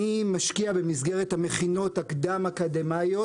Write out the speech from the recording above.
אני משקיע במסגרת המכינות הקדם-אקדמיות